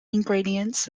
ingredients